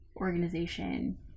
organization